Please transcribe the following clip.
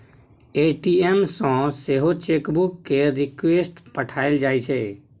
ATM सँ सेहो chequebook केर रिक्वेस्ट पठाएल जाइ छै